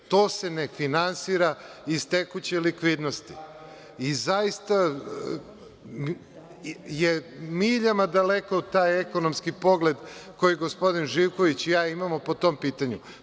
To se ne finansira iz tekuće likvidnosti, i zaista je miljama daleko taj ekonomski pogled koji gospodin Živković i ja imamo po tom pitanju.